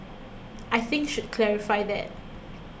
I think should clarify that